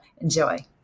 Enjoy